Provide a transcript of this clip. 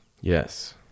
yes